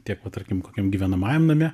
tiek va tarkim kokiam gyvenamajam name